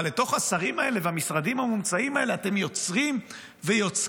אבל לתוך השרים האלה והמשרדים המומצאים האלה אתם יוצרים ויוצקים